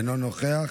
אינו נוכח.